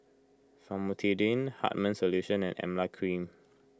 Famotidine Hartman's Solution and Emla Cream